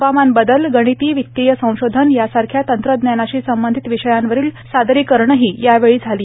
हवामानबदल गणिती वितीय संशोधन यांसारख्या तंत्रज्ञानाशी संबंधित विषयांवरील सादरीकरणंही यावेळी झाली